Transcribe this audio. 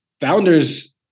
Founders